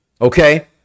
okay